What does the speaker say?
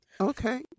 Okay